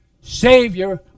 Savior